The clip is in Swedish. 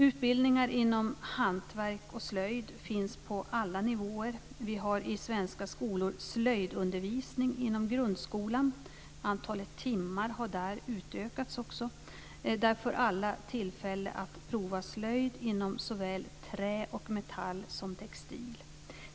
Utbildningar inom hantverk och slöjd finns på alla nivåer. Vi har i svenska skolor slöjdundervisning inom grundskolan. Antalet timmar har där också utökats. Där får alla tillfälle att prova slöjd inom såväl trä och metall som textil.